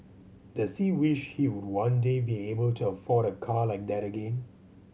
does he wish he would one day be able to afford a car like that again